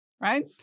right